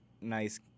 nice